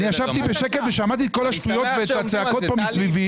אני ישבתי בשקט ושמעתי את כל השטויות ואת הצעקות פה מסביבי,